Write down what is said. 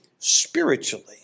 spiritually